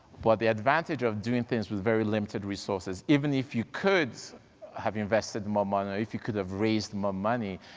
but the advantage of doing things with very limited resources even if you could have invested more money, if you could have raised more money,